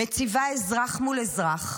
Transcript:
מציבה אזרח מול אזרח,